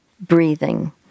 breathing